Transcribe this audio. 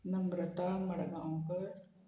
Namrata Madgaonkar